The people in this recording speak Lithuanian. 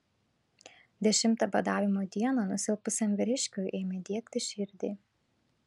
dešimtą badavimo dieną nusilpusiam vyriškiui ėmė diegti širdį